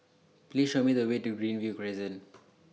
Please Show Me The Way to Greenview Crescent